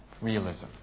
realism